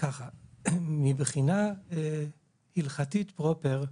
מבחינה הלכתית פרופר,